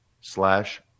slash